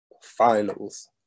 finals